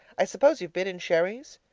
i suppose you've been in sherry's?